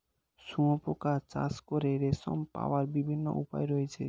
শুঁয়োপোকা চাষ করে রেশম পাওয়ার বিভিন্ন উপায় রয়েছে